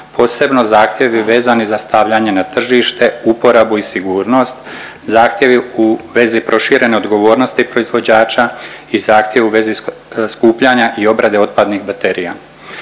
posebno zahtjevi vezani za stavljanje na tržište uporabu i sigurnost, zahtjevi u vezi proširene odgovornosti proizvođača i zahtjev u vezi skupljanja i obrade otpadnih baterija.